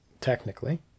technically